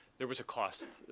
there was a cost.